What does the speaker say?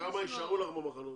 וכמה יישארו לך במחנות?